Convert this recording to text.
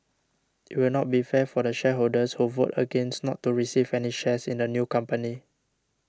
it will not be fair for the shareholders who vote against not to receive any shares in the new company